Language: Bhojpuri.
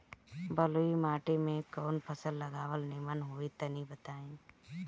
बलुई माटी में कउन फल लगावल निमन होई तनि बताई?